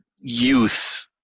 youth